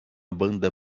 banda